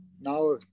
now